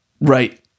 Right